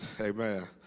Amen